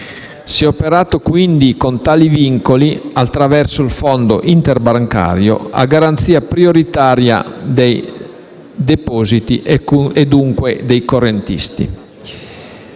Si è operato quindi, con tali vincoli, attraverso il Fondo interbancario, a garanzia prioritaria dei depositi e, dunque, dei correntisti.